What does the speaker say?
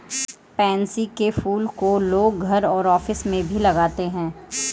pansy के फूल को लोग घर और ऑफिस में भी लगाते है